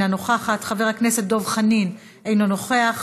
אינה נוכחת,